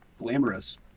glamorous